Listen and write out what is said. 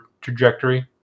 trajectory